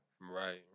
Right